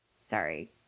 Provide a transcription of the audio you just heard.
Sorry